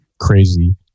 crazy